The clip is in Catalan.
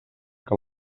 que